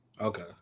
Okay